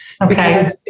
okay